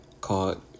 called